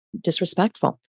disrespectful